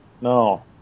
No